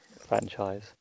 franchise